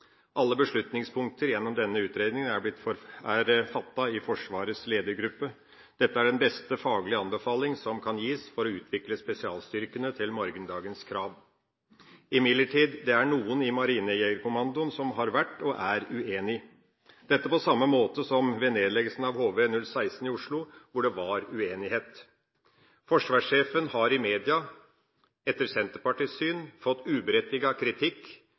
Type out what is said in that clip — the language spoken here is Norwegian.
Alle beslutningspunkter i denne utredninga er fattet i Forsvarets ledergruppe. Dette er den beste faglige anbefaling som kan gis for å utvikle spesialstyrkene til morgendagens krav. Imidlertid er det noen i Marinejegerkommandoen som har vært, og er, uenige – dette på samme måte som ved nedleggelsen av HV-016 i Oslo, hvor det var uenighet. Forsvarssjefen har i media – etter Senterpartiets syn – fått uberettiget kritikk